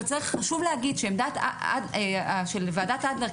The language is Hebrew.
חשוב להגיד שהעמדה של ועדת אדלר,